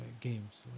games